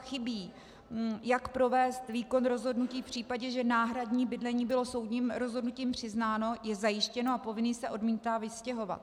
Chybí úprava, jak provést výkon rozhodnutí v případě, že náhradní bydlení bylo soudním rozhodnutím přiznáno, je zajištěno a povinný se odmítá vystěhovat.